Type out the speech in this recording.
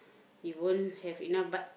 he won't have enough but